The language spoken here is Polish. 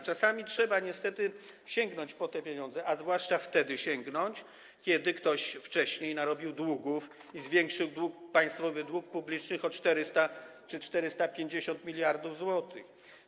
Czasami trzeba niestety sięgnąć po te pieniądze, a zwłaszcza wtedy trzeba sięgnąć, kiedy ktoś wcześniej narobił długów, zwiększył państwowy dług publiczny o 400 czy 450 mld zł.